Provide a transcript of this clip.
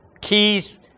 Keys